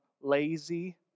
lazy